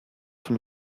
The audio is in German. von